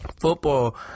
football